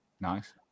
Nice